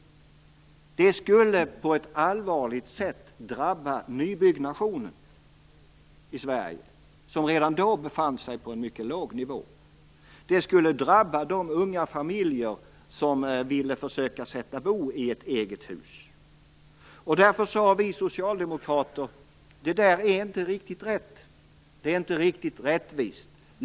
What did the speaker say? Det skulle på ett allvarligt sätt drabba nybyggnationen i Sverige, som redan då befann sig på en mycket låg nivå, och det skulle drabba de unga familjer som ville försöka sätta bo i ett eget hus. Därför sade vi socialdemokrater: Det där är inte riktigt rättvist.